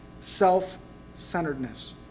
self-centeredness